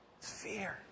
Fear